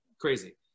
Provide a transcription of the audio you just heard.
crazy